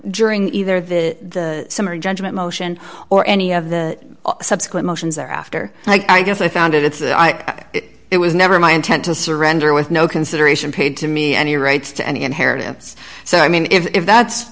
during either the summary judgment motion or any of the subsequent motions or after i guess i found it it's i it was never my intent to surrender with no consideration paid to me any rights to any inheritance so i mean if that's